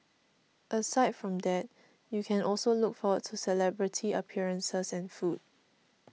aside from that you can also look forward to celebrity appearances and food